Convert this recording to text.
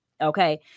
Okay